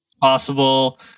possible